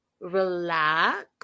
relax